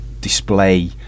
display